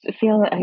feel